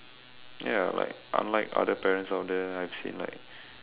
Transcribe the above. ya like unlike other parents out there I've seen like